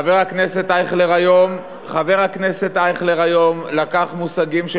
חבר הכנסת אייכלר היום לקח מושגים של